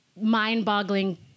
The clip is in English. mind-boggling